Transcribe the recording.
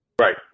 Right